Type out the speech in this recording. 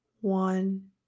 one